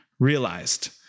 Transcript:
Realized